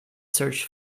search